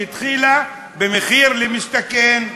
שהתחילה במחיר למשתכן.